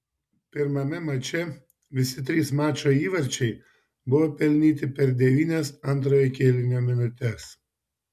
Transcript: pirmame mače visi trys mačo įvarčiai buvo pelnyti per devynias antrojo kėlinio minutes